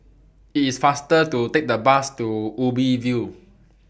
IT IS faster to Take The Bus to Ubi View